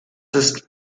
ist